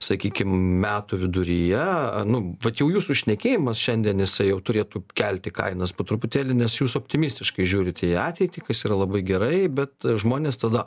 sakykim metų viduryje nu vat jau jūsų šnekėjimas šiandien jisai jau turėtų kelti kainas po truputėlį nes jūs optimistiškai žiūrit į ateitį kas yra labai gerai bet žmonės tada